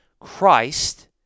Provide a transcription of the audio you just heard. Christ